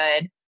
good